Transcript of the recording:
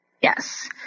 Yes